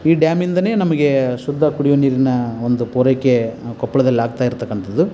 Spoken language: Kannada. ಈ ಡ್ಯಾಮಿಂದನೇ ನಮಗೆ ಶುದ್ಧ ಕುಡಿಯುವ ನೀರಿನ ಒಂದು ಪೂರೈಕೆ ಕೊಪ್ಳದಲ್ಲಿ ಆಗ್ತಾಯಿರತಕ್ಕಂಥದ್ದು